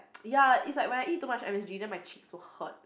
ya it's like when I eat too much M_S_G then my cheeks will hurt